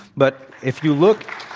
but if you look